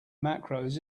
macros